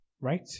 Right